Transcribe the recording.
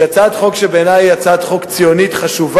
זאת הצעת חוק שבעיני היא הצעת חוק ציונית חשובה.